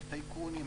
של טייקונים,